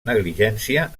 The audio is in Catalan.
negligència